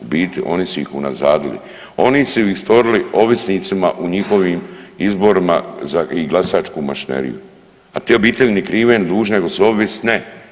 U biti oni su ih unazadili, oni su ih stvorili ovisnicima u njihovim izborima i glasačkom mašinerijom, a te obitelji ni krive ni dužne nego su ovisne.